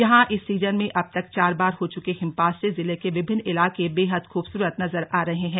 यहां इस सीजन में अब तक चार बार हो चुके हिमपात से जिले के विभिन्न इलाके बेहद खूबसूरत नजर आ रहे हैं